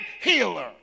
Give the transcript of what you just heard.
healer